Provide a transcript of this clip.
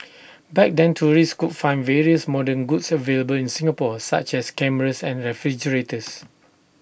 back then tourists could find various modern goods available in Singapore such as cameras and refrigerators